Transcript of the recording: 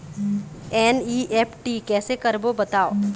NEFT कैसे करबो बताव?